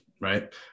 right